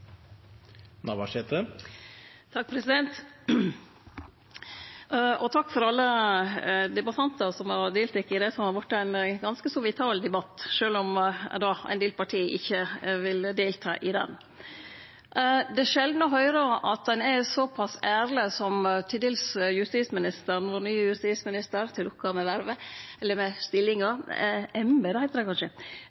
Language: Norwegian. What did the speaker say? å få gjeninnført. Takk til alle debattantane som har delteke i det som har vorte ein ganske så vital debatt, sjølv om ein del parti ikkje ville delta i han. Det er sjeldan å høyre at ein er såpass ærleg som vår nye justisminister – til lukke med